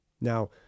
Now